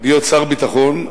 להיות שר ביטחון.